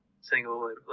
single